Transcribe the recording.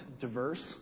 diverse